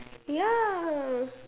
ya